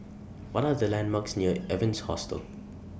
What Are The landmarks near Evans Hostel